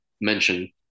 mention